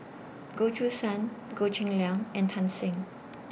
Goh Choo San Goh Cheng Liang and Tan Shen